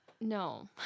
no